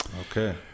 Okay